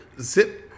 Zip